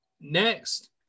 next